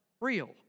real